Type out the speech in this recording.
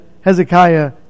Hezekiah